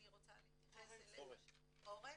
אורן,